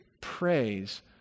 praise